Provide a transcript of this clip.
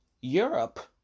Europe